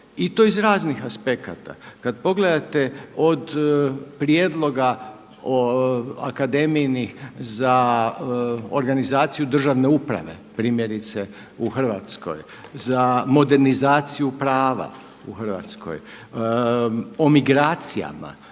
i to iz raznih aspekata. Kad pogledate od prijedloga akademijinih za organizaciju državne uprave primjerice u Hrvatskoj, za modernizaciju prava u Hrvatskoj, o migracijama